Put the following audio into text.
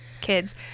kids